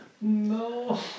No